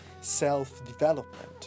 self-development